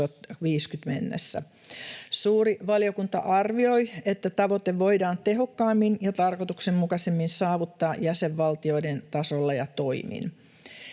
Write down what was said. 2050 mennessä. Suuri valiokunta arvioi, että tavoite voidaan tehokkaimmin ja tarkoituksenmukaisimmin saavuttaa jäsenvaltioiden tasolla ja toimin.